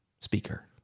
speaker